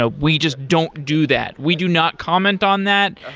ah we just don't do that. we do not comment on that.